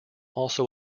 also